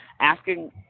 asking